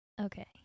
Okay